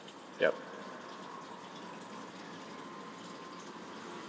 yup